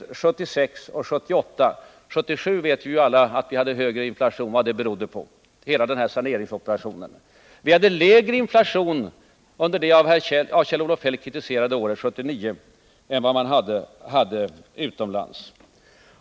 Alla vet att vi 1977 hade en hög inflation och att det berodde på vår saneringsoperation. Under det av herr Feldt kritiserade året 1979 hade vi en lägre inflation än man hade utomlands.